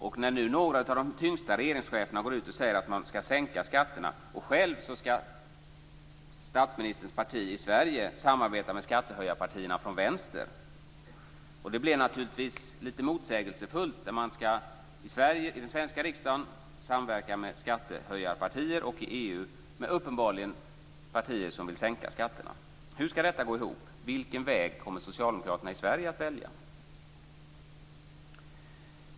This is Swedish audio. Nu går några av de tyngsta regeringscheferna ut och säger att man skall sänka skatterna. I Sverige skall statsministerns parti samarbeta med skattehöjarpartierna från vänster. Det blir motsägelsefullt. I den svenska riksdagen skall man samverka med skattehöjarpartier. I EU skall man samverka med partier som uppenbarligen vill sänka skatterna. Hur skall detta gå ihop? Vilken väg kommer socialdemokraterna i Sverige att välja?